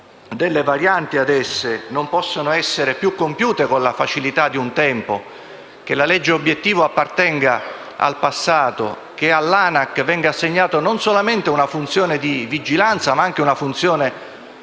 o varianti ad esse non possano essere più compiute con la facilità di un tempo; che la legge obiettivo appartenga al passato; che all'ANAC venga assegnata una funzione non solo di vigilanza, ma anche sanzionatoria